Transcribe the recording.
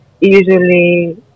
Usually